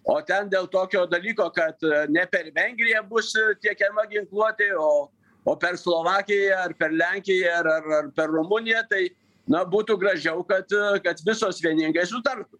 o ten dėl tokio dalyko kad ne per vengriją bus tiekiama ginkluotė o o per slovakiją ar per lenkiją ar ar ar per rumuniją tai na būtų gražiau kad kad visos vieningai sutartų